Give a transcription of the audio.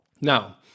Now